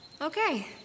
okay